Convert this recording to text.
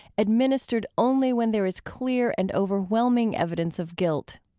administered only when there is clear and overwhelming evidence of guilt.